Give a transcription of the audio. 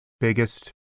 biggest